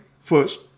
first